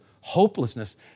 hopelessness